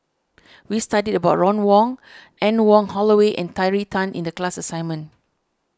we studied about Ron Wong Anne Wong Holloway and Terry Tan in the class assignment